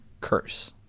curse